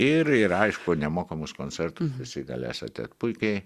ir ir aišku nemokamus koncertus galėsite puikiai